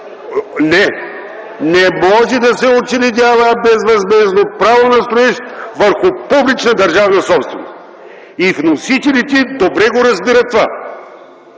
Не може да се учредява безвъзмездно право на строеж върху публична държавна собственост! И вносителите добре разбират това.